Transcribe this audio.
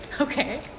Okay